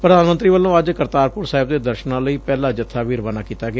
ਪ੍ਧਾਨ ਮੰਤਰੀ ਵਲੋਂ ਅੱਜ ਕਰਤਾਰਪੁਰ ਸਾਹਿਬ ਦੇ ਦਰਸਨਾਂ ਲਈ ਪਹਿਲਾਂ ਜੱਬਾ ਵੀ ਰਵਾਨਾ ਕੀਤਾ ਗਿਆ